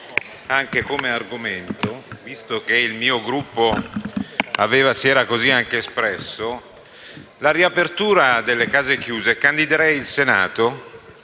anche come argomento, visto che il mio Gruppo si era così espresso, la riapertura della case chiuse e candiderei il Senato